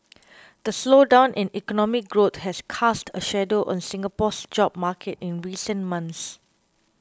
the slowdown in economic growth has cast a shadow on Singapore's job market in recent months